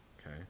okay